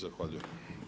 Zahvaljujem.